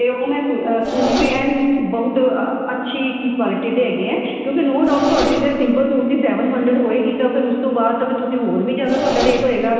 ਅਤੇ ਉਹ ਮੈਂ ਸੂ ਸੂਟ ਵੀ ਐਨ ਬਹੁਤ ਅੱਛੀ ਕੁਆਲਿਟੀ ਦੇ ਹੈਗੇ ਹੈ ਕਿਉਂਕਿ ਨੋ ਡਾਊਟ ਤੁਹਾਡੇ ਜੇ ਸਿੰਪਲ ਸੂਟ ਦੀ ਸੇਵਨ ਹੰਡਰਡ ਹੋਏਗੀ ਤਾਂ ਫਿਰ ਉਸ ਤੋਂ ਬਾਅਦ ਤਾਂ ਫਿਰ ਤੁਸੀਂ ਹੋਰ ਵੀ ਜ਼ਿਆਦਾ ਤੁਹਾਡਾ ਰੇਟ ਹੋਏਗਾ